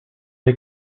des